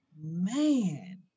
man